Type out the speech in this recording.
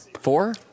Four